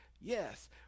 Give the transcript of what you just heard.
Yes